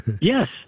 Yes